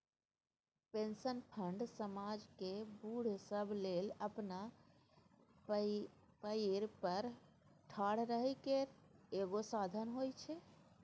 pension fund समाज केर बूढ़ सब लेल अपना पएर पर ठाढ़ रहइ केर एगो साधन होइ छै